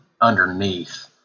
underneath